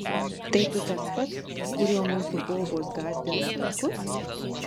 tai tu tas pats kuriuo mūsų bobos gąsdina vaikus